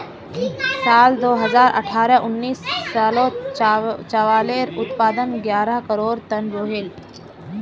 साल दो हज़ार अठारह उन्नीस सालोत चावालेर उत्पादन ग्यारह करोड़ तन रोहोल